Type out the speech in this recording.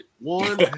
One